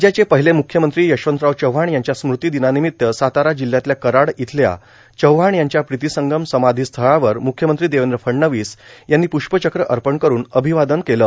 राज्याचे र्पाहले मुख्यमंत्री यशवंतराव चव्हाण यांच्या स्मृती र्दर्नार्नामत्त सातारा जिल्ह्यातल्या कराड इथल्या चव्हाण यांच्या प्रीतीसंगम समाधी स्थळावर मुख्यमंत्री देवद्र फडणवीस यांनी पृष्पचक्र अपण करून र्आभवादन केलं